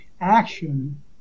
action